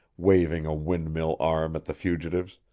waving a windmill arm at the fugitives.